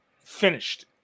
finished